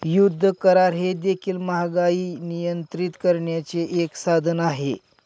युद्ध करार हे देखील महागाई नियंत्रित करण्याचे एक साधन आहे